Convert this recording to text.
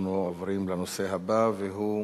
אנחנו עוברים לנושא הבא, והוא: